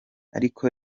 ariko